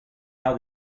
how